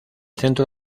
centro